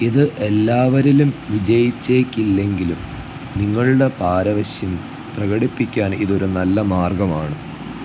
ഇത് എല്ലാവരിലും വിജയിച്ചേക്കില്ലെങ്കിലും നിങ്ങളുടെ പാരവശ്യം പ്രകടിപ്പിക്കാന് ഇതൊരു നല്ല മാര്ഗ്ഗമാണ്